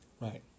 Right